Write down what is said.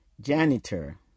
Janitor